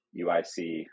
UIC